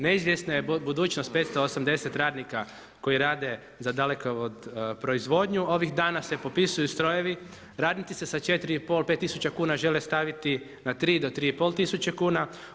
Neizvjesna je budućnost 580 radnika koji rade za Dalekovod proizvodnju, ovih dana se popisuju strojevi, radnici sa 4,5 5 tisuća kuna žele staviti na 3 do 3,5 tisuće kuna.